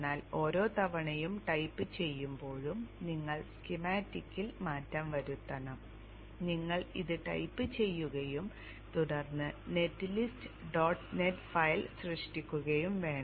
എന്നാൽ ഓരോ തവണയും ടൈപ്പു ചെയ്യുമ്പോഴും നിങ്ങൾ സ്കീമാറ്റിക്കിൽ മാറ്റം വരുത്തണം നിങ്ങൾ ഇത് ടൈപ്പ് ചെയ്യുകയും തുടർന്ന് netlist dot net file സൃഷ്ടിക്കുകയും വേണം